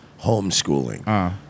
homeschooling